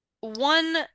one